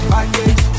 Package